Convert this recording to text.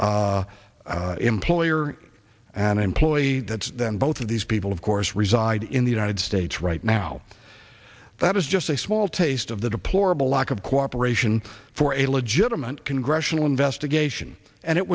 iraqi employer and employee that then both of these people of course reside in the united states right now that is just a small taste of the deplorable lack of cooperation for a legitimate congressional investigation and it